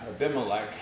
Abimelech